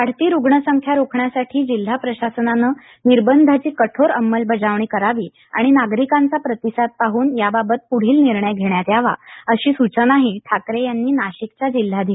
वाढती रुग्णसंख्या रोखण्यासाठी जिल्हा प्रशासनानं निर्बधाची कठोर अंमलबजावणी करावी आणि नागरिकांचा प्रतिसाद पाहन याबाबत प्ढील निर्णय घेण्यात यावा अशी सूचनाही ठाकरे यांनी नाशिकच्या जिल्हाधिकाऱ्यांना केली